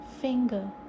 finger